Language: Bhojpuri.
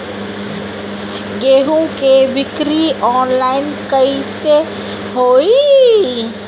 गेहूं के बिक्री आनलाइन कइसे होई?